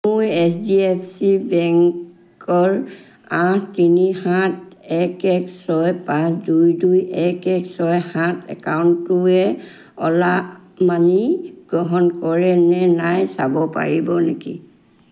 মোৰ H D F C বেংকৰ আঠ তিনি সাত এক এক ছয় পাঁচ দুই দুই এক এক ছয় সাত একাউণ্টটোৱে অ'লা মানি গ্ৰহণ কৰেনে নাই চাব পাৰিব নেকি